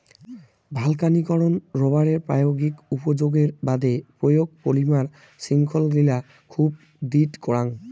ভালকানীকরন রবারের প্রায়োগিক উপযোগের বাদে প্রয়োজন, পলিমার শৃঙ্খলগিলা খুব দৃঢ় করাং